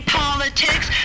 politics